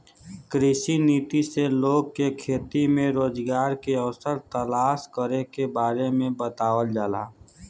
कृषि नीति से लोग के खेती में रोजगार के अवसर तलाश करे के बारे में बतावल जाला